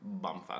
bumfuck